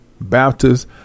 Baptists